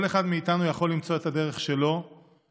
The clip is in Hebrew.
כל אחד מאיתנו יכול למצוא את הדרך שלו להתחבר,